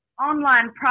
online